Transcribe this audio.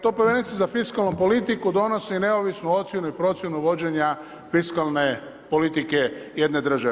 To povjerenstvo za fiskalnu politiku donosi neovisnu ocjenu i procjenu vođenja fiskalne politike jedne države.